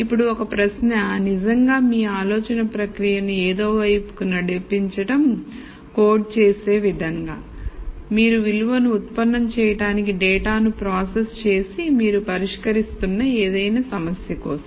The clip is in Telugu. ఇప్పుడు ఒక ప్రశ్న నిజంగా మీ ఆలోచన ప్రక్రియను ఏదో వైపు నడిపించడం కోడ్ చేసే విధంగా మీరు విలువను ఉత్పన్నం చేయడానికి డేటాను ప్రాసెస్ చేసి మీరు పరిష్కరిస్తున్న ఏదైనా సమస్య కోసం